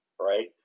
right